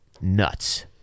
Nuts